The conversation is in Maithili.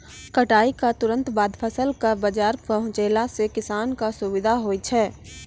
कटाई क तुरंत बाद फसल कॅ बाजार पहुंचैला सें किसान कॅ सुविधा होय छै